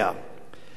ורבנים,